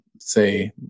say